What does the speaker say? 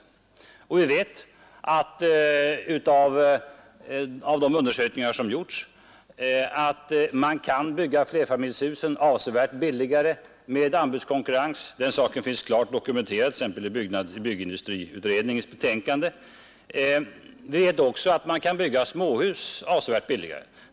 Vi vet av de undersökningar som gjorts att man kan bygga flerfamiljshusen avsevärt billigare med anbudskonkurrens. Den saken finns klart dokumenterad t.ex. i byggindustriutredningens betänkande. Vi vet också att man kan bygga småhus avsevärt billigare.